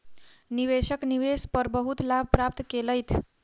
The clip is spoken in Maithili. निवेशक निवेश पर बहुत लाभ प्राप्त केलैथ